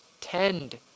tend